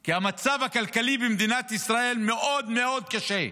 כי המצב הכלכלי במדינת ישראל מאוד מאוד קשה.